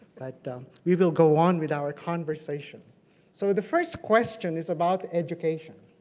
but we will go on with our conversation so the first question is about education.